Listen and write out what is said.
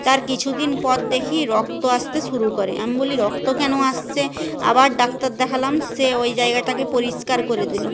তার কিছু দিন পর দেখি রক্ত আসতে শুরু করে আমি বলি রক্ত কেন আসছে আবার ডাক্তার দেখালাম সে ওই জায়গাটাকে পরিষ্কার করে দিলো